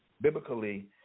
biblically